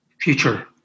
future